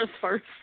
first